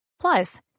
Plus